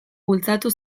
bultzatu